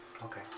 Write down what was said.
Okay